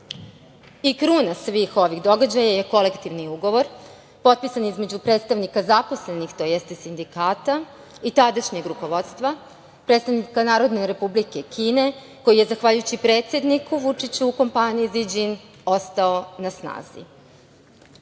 ljudi. Kruna svih ovih događaja je kolektivni ugovor, potpisan između predstavnika zaposlenih, tj. sindikata i tadašnjeg rukovodstva, predstavnika NR Kine, koji je zahvaljujući predsedniku Vučiću u kompaniji "Ziđing" ostao na snazi. Da